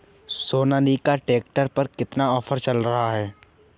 Sonalika tractor पर कितना offer चल रहा है?